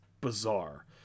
bizarre